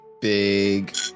big